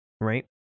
right